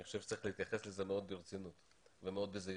אני חושב שצריך להתייחס לזה מאוד ברצינות ומאוד בזהירות.